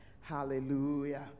Hallelujah